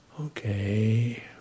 Okay